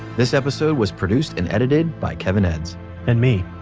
this episode was produced and edited by kevin edds and me.